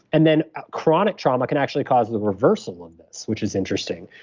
and then chronic trauma can actually cause the reversal of this, which is interesting.